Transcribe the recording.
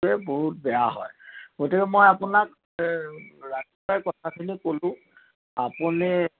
বহুত বেয়া হয় গতিকে মই আপোনাক ৰাতিপুৱাই কথাখিনি ক'লোঁ আপুনি